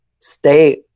stay